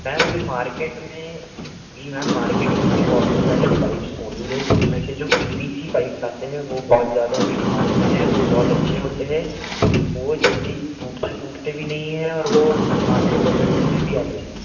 ma'am अभी market में जी मैम मार्केट में भी बहुत सारे पाइप्स मौजूद है हैं जिसमें से जो पी वी सी पाइप्स आते हैं वो बहुत ज़्यादा अभी डिमांड में हैं वो बहुत अच्छे होते है वो जल्दी टूटते फूटते भी नहीं है और वो आपके बजट्स में भी आ जाएंगे